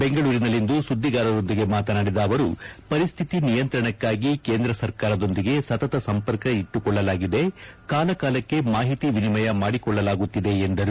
ಬೆಂಗಳೂರಿನಲ್ಲಿಂದು ಸುದ್ದಿಗಾರರೊಂದಿಗೆ ಮಾತನಾಡಿದ ಅವರು ಪರಿಸ್ಥಿತಿ ನಿಯಂತ್ರಣಕ್ಕಾಗಿ ಕೇಂದ್ರ ಸರ್ಕಾರದೊಂದಿಗೆ ಸತತ ನಂಪರ್ಕ ಇಟ್ಟುಕೊಳ್ಳಲಾಗಿದೆ ಕಾಲಕಾಲಕ್ಕೆ ಮಾಹಿತಿ ವಿನಿಮಯ ಮಾಡಿಕೊಳ್ಳಲಾಗುತ್ತಿದೆ ಎಂದರು